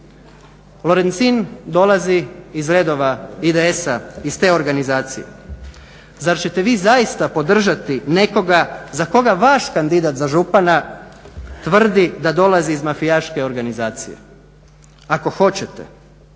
Lorencin dolazi iz redova IDS-a, iz te organizacije. Zar ćete vi zaista podržati nekoga za koga vaš kandidat za župana tvrdi da dolazi iz mafijaške organizacije. Ako hoćete